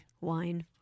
Wine